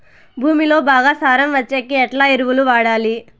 భూమిలో బాగా సారం వచ్చేకి ఎట్లా ఎరువులు వాడాలి?